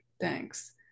thanks